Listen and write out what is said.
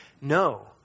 No